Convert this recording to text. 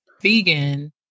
vegan